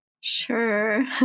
Sure